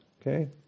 okay